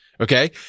Okay